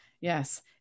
yes